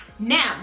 Now